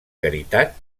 caritat